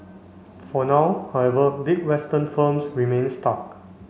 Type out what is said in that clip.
for now however big Western firms remain stuck